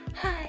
Hi